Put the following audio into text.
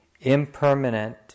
impermanent